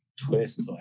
twist